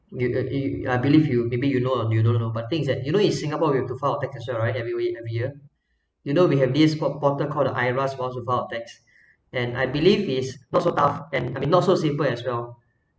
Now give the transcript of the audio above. you you you I believe you maybe you know or you don't know but thinks that you know in singapore we've to file our tax ourselves right every week every year you know we have these port~ portal called the IRAS once to file a tax and I believe it's not so tough and I mean not so simple as well